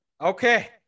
Okay